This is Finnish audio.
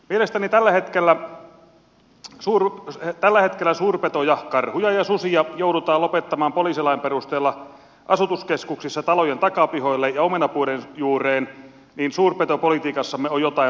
mielestäni kun tällä hetkellä suurpetoja karhuja ja susia joudutaan lopettamaan poliisilain perusteella asutuskeskuksissa talojen takapihoille ja omenapuiden juureen niin suurpetopolitiikassamme on jotain pahasti pielessä